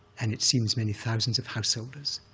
and it seems many thousands of householders.